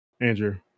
Andrew